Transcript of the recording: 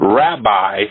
rabbi